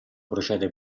procede